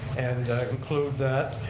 and include that.